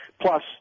Plus –